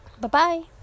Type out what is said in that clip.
Bye-bye